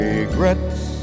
Regrets